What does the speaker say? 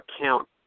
account